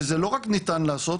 וזה לא רק ניתן לעשות,